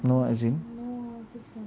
no as in